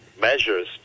measures